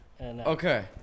Okay